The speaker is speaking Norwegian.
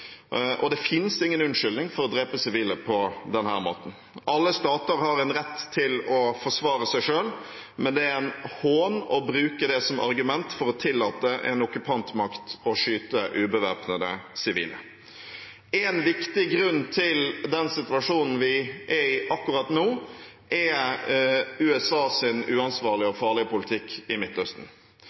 Det finnes ingen unnskyldning for å drepe sivile på denne måten. Alle stater har en rett til å forsvare seg selv, men det er en hån å bruke det som argument for å tillate en okkupantmakt å skyte ubevæpnede sivile. En viktig grunn til den situasjonen vi er i akkurat nå, er USAs uansvarlige og farlige politikk i Midtøsten.